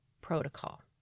protocol